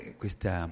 questa